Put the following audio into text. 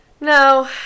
no